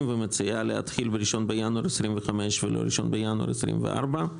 ומציעה להתחיל ב-1.1.25 ולא ב-1.1.24.